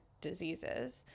diseases